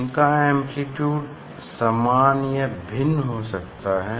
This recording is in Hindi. इनका एम्प्लीट्युड समान या भिन्न हो सकता हैं